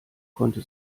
konnte